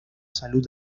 salud